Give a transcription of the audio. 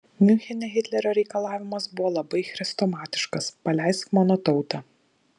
miunchene hitlerio reikalavimas buvo labai chrestomatiškas paleisk mano tautą